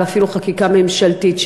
ואפילו חקיקה ממשלתית,